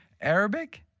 Arabic